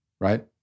right